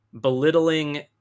belittling